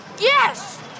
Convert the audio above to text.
Yes